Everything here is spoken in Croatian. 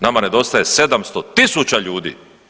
Nama nedostaje 700 000 ljudi.